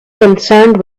concerned